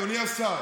רגע, אדוני השר,